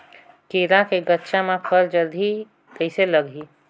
केला के गचा मां फल जल्दी कइसे लगही?